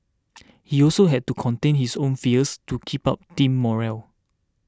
he also had to contain his own fears to keep up team morale